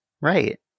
Right